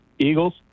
Eagles